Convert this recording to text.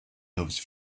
loves